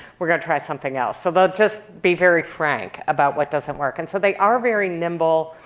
we're gonna try something else. so they'll just be very frank about what doesn't work. and so they are very nimble,